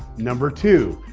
number two,